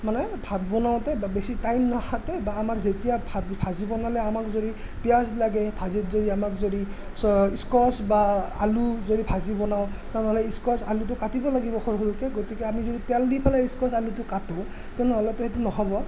মানে ভাত বনাওঁতে বেছি টাইম নাখাতে বা আমাৰ যেতিয়া ভা ভাজি বনালে আমাক যদি পিয়াঁজ লাগে ভাজিত যদি আমাক যদি স্কচ বা আলু যদি ভাজি বনাওঁ তেনেহ'লে স্কচ আলুটো কাটিব লাগিব সৰু সৰুকৈ গতিকে আমি যদি তেল দি পেলাই স্কচ আলুটো কাটো তেনেহ'লেতো সেইটো নহ'ব